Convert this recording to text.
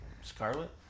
Scarlet